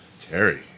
Terry